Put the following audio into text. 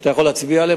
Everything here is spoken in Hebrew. שאתה יכול להצביע עליהם,